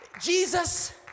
Jesus